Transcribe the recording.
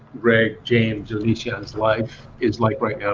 greg, james, onision's life is like right yeah